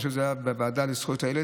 אני חושב שזה היה בוועדה לזכויות הילד,